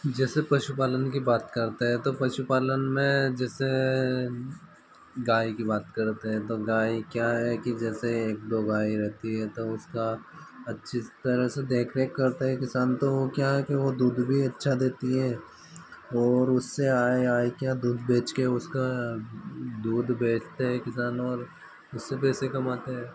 जैसे पशुपालन की बात करते है तो पशुपालन में जैसे गाय की बात करते हैं तो गाय क्या है कि एक दो गाय रहती हैं तो उसका तरह से देख रेख करते हैं किसान तो वो क्या है कि वह दूध भी अच्छा देती है और उससे आय आय क्या दूध बेच के उसका दूध बेचते हैं किसान और उससे पैसे कमाते हैं